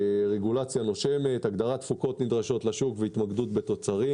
רגולציה נושמת הגדרת תפוקות נדרשות לשוק והתמודדות בתוצרים.